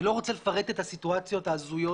אני לא רוצה לפרט את הסיטואציות ההזויות